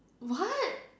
what